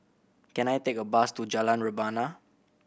can I take a bus to Jalan Rebana